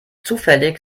zufällig